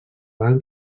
banc